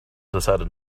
decided